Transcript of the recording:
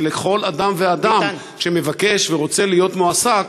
זה לכל אדם ואדם שמבקש ורוצה להיות מועסק,